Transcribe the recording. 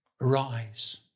Arise